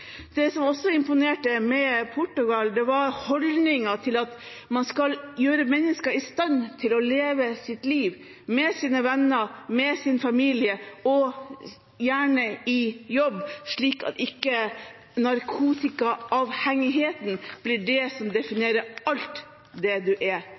Det som også imponerte med Portugal, var holdningen til at man skal gjøre mennesker i stand til å leve sitt liv, med sine venner, med sin familie, og gjerne i jobb, slik at ikke narkotikaavhengigheten blir det som definerer alt det du er